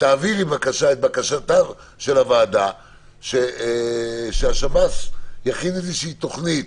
תעבירי בבקשה את בקשתה של הוועדה שהשב"ס יכין איזושהי תוכנית